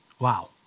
Wow